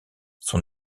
son